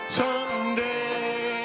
someday